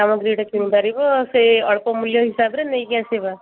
ସାମଗ୍ରୀ ଯୋଉଟା କିଣିପାରିବ ସେ ଅଳ୍ପ ମୂଲ୍ୟ ହିସାବରେ ନେଇକି ଆସିବା